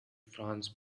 france